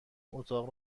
اتاق